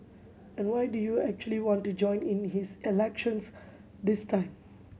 and why do you actually want to join in this elections this time